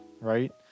right